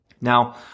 Now